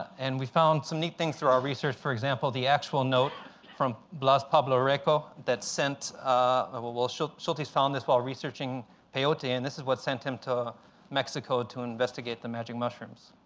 and we found some neat things through our research, for example, the actual note from blas pablo reko that sent ah well, schultes schultes found this while researching peyote, and this is what sent him to mexico to investigate the magic mushrooms.